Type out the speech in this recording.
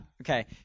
Okay